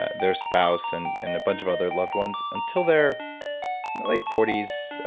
their spouse, and and a bunch of other loved ones until they're late forty s,